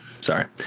Sorry